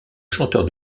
chanteur